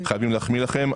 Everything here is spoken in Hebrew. חייבים להחמיא לכם,